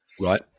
Right